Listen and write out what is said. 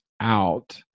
out